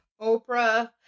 Oprah